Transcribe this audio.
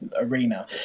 arena